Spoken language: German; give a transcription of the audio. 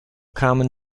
kamen